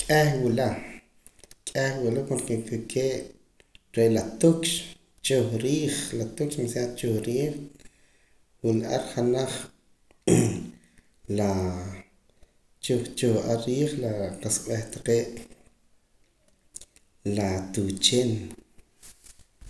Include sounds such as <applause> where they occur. K'eh wula k'eh wula porque <unintelligible> re' la tukx chuj riij la tukx demasiado chuj riij wula ar janaj <noise> la chuj chuj ar riij la qa'sa b'eh taqee' la tuuchin